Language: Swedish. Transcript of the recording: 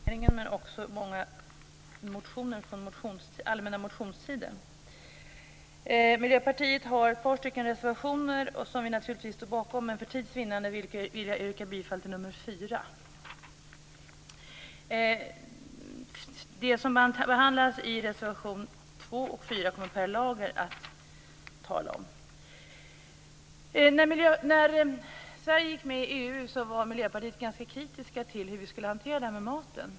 Fru talman! I detta betänkande behandlas dels en proposition från regeringen, dels många motioner från den allmänna motionstiden. Vi i Miljöpartiet har ett par reservationer, som vi naturligtvis står bakom men för tids vinnande yrkar jag bifall bara till reservation 4. Det som behandlas i reservationerna 2 och 4 kommer Per Lager att tala om. När Sverige gick med i EU var vi i Miljöpartiet ganska kritiska beträffande hanteringen av maten.